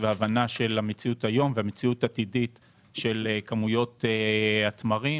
והבנה של המציאות היום והמציאות העתידית של כמויות התמרים.